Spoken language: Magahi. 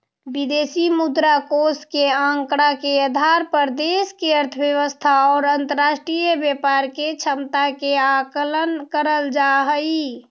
विदेशी मुद्रा कोष के आंकड़ा के आधार पर देश के अर्थव्यवस्था और अंतरराष्ट्रीय व्यापार के क्षमता के आकलन करल जा हई